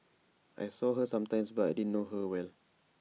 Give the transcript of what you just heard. I saw her sometimes but I didn't know her well